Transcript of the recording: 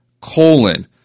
colon